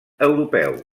europeu